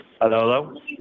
Hello